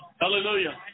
Hallelujah